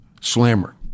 slammer